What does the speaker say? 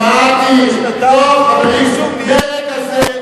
חברת הכנסת המאוד יקרה לי,